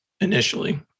initially